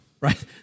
right